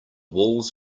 walls